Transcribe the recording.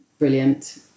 brilliant